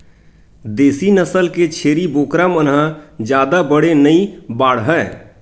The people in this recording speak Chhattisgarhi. देसी नसल के छेरी बोकरा मन ह जादा बड़े नइ बाड़हय